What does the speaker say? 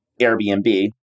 Airbnb